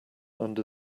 under